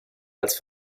als